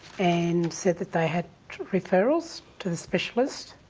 and said that they had referrals to the specialist,